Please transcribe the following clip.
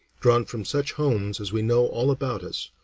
drawn from such homes as we know all about us,